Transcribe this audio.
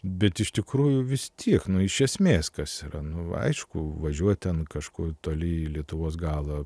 bet iš tikrųjų visi tiek nuo iš esmės kas yra nu aišku važiuot ten kažkur toli į lietuvos galą